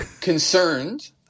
concerned